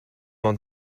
ond